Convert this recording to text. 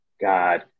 God